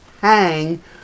hang